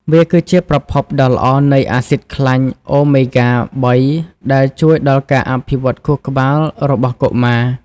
វាគឺជាប្រភពដ៏ល្អនៃ អាស៊ីតខ្លាញ់អូមេហ្គា ៣ ដែលជួយដល់ការអភិវឌ្ឍខួរក្បាលរបស់កុមារ។